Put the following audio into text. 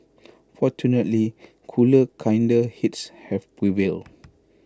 fortunately cooler kinder heads have prevailed